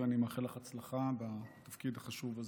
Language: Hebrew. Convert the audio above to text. אני מאחל לך הצלחה בתפקיד החשוב הזה.